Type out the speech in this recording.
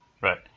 Right